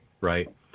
right